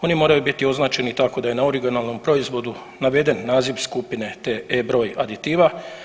Oni moraju biti označeni tako da je na originalnom proizvodu naveden naziv skupine te E broj aditiva.